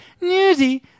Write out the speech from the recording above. newsy